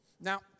Now